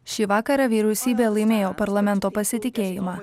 šį vakarą vyriausybė laimėjo parlamento pasitikėjimą